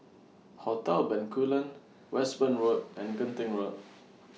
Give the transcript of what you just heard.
Hotel Bencoolen Westbourne Road and Genting Road